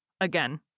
again